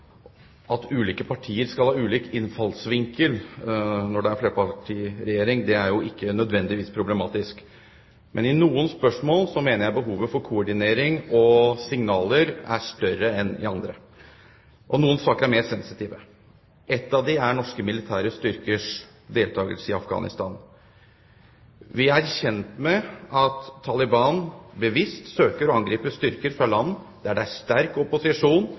At ulike partier skal ha ulik innfallsvinkel når det er flerpartiregjering, er ikke nødvendigvis problematisk. Men i noen spørsmål mener jeg behovet for koordinering og signaler er større enn i andre, og noen saker er mer sensitive. En av dem er norske militære styrkers deltakelse i Afghanistan. Vi er kjent med at Taliban bevisst søker å angripe styrker fra land der det er sterk opposisjon